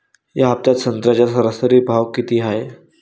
या हफ्त्यात संत्र्याचा सरासरी भाव किती हाये?